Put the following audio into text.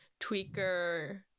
tweaker